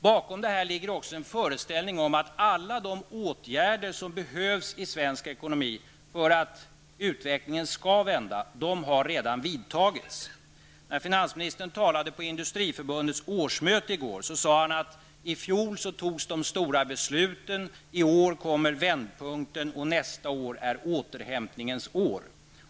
Bakom detta ligger också en föreställning om att alla de åtgärder som behövs i svensk ekonomi för att utvecklingen skall vända redan har vidtagits. När finansministern talade på Industriförbundets årsmöte i går sade han att i fjol togs de stora besluten, i år kommer vändpunkten och nästa år är återhämtningens år.